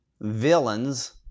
villains